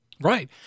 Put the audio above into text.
Right